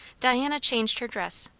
diana changed her dress,